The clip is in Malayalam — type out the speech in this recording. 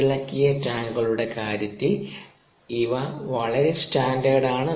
ഇളക്കിയ ടാങ്കുകളുടെ കാര്യത്തിൽ ഇവ വളരെ സ്റ്റാൻഡേർഡ് ആണ്